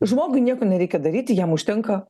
žmogui nieko nereikia daryti jam užtenka